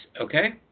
okay